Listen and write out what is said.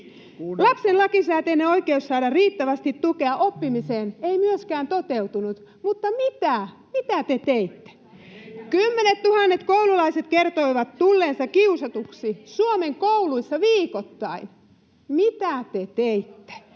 Lapsen lakisääteinen oikeus saada riittävästi tukea oppimiseen ei myöskään toteutunut, mutta mitä te teitte? [Antti Kurvinen: Te heikennätte lisää!] Kymmenettuhannet koululaiset kertoivat tulleensa kiusatuiksi Suomen kouluissa viikoittain — mitä te teitte?